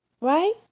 Right